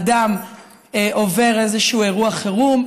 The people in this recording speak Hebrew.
אדם עובר איזשהו אירוע חירום,